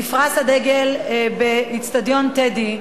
נפרס הדגל באיצטדיון "טדי",